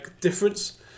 difference